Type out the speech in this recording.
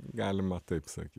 galima taip sakyt